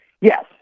Yes